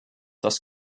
das